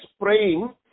praying